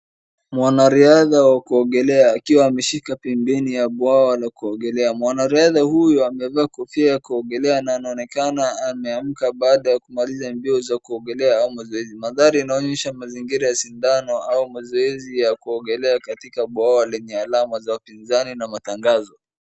Mwanariadha wa kuogelea akiwa ameshika pembeni ya bwawa la kuogelea, mwanariadha huyu amevaa kofia ya kuogelea, na anaonekana ameamka baada ya kumaliza mbio za kuogelea, au mazoezi, mandhari yanaonyesha mazingira ya shindano au mazoezi ya kuogelea katika bwawa lenye alama za upinzani na matangazo.